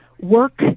work